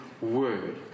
word